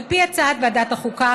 על פי הצעת ועדת החוקה,